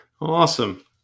Awesome